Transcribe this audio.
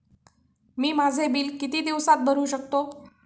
मी माझे बिल किती दिवसांत भरू शकतो?